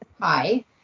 Hi